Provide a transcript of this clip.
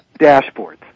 dashboards